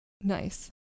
Nice